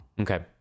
Okay